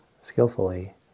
skillfully